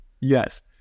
yes